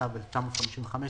התשט"ו 1955,